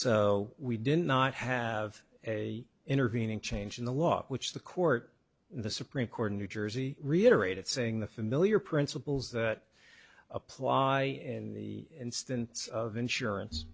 so we did not have a intervening change in the law which the court the supreme court in new jersey reiterated saying the familiar principles that apply in the instance of insurance